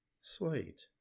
Sweet